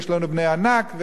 יש להם בני ענק,